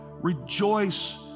Rejoice